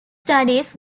studies